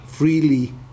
Freely